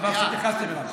דבר שהתייחסתם אליו.